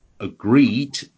Agreed